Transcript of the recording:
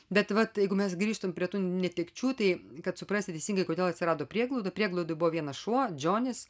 bet vat jeigu mes grįžtum prie tų netekčių tai kad suprasti teisingai kodėl atsirado prieglauda prieglaudoj buvo vienas šuo džonis